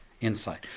insight